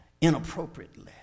inappropriately